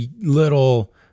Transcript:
little